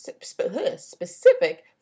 specific